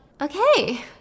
Okay